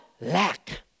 lack